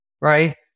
right